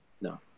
No